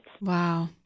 Wow